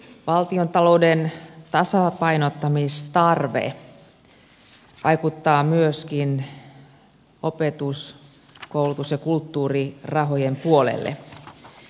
valtiontalouden tasapainottamistarve vaikuttaa myöskin opetus koulutus ja kulttuurirahojen puolelle